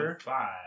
five